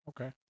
Okay